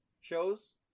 shows